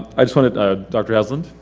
i just wanted, ah dr. haslund,